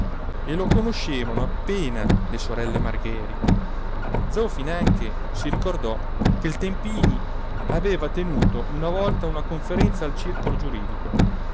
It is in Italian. e lo conoscevano appena le sorelle margheri zoe finanche si ricordò che il tempini aveva tenuto una volta una conferenza al circolo giuridico